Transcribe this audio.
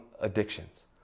addictions